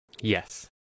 yes